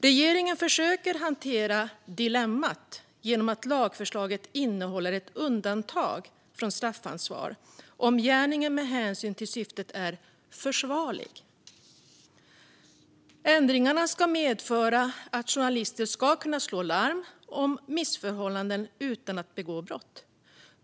Regeringen försöker hantera detta dilemma genom att lagförslaget innehåller ett undantag från straffansvar om gärningen med hänsyn till syftet är försvarlig. Ändringarna ska medföra att journalister ska kunna slå larm om missförhållanden utan att begå brott.